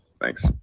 Thanks